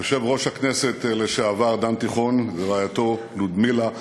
יושב-ראש הכנסת לשעבר דן תיכון ורעייתו לודמילה,